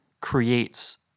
creates